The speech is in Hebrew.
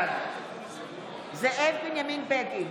בעד זאב בנימין בגין,